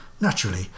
Naturally